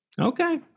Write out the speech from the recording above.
Okay